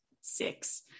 six